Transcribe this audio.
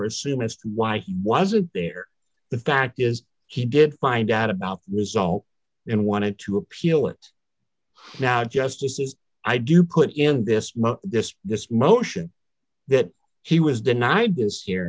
or assume as to why he wasn't there the fact is he did find out about the result and wanted to appeal it now justices i do put in this this this motion that he was denied this